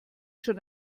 schon